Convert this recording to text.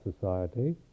society